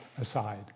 aside